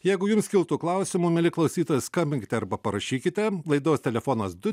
jeigu jums kiltų klausimų mieli klausytojai skambinkite arba parašykite laidos telefonas du